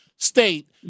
state